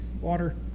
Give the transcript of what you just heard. water